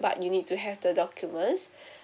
but you need to have the documents